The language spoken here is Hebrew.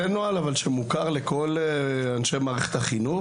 זה נוהל שמוכר לכל אנשי מערכת החינוך,